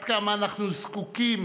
עד כמה אנחנו זקוקים